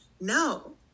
No